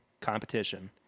competition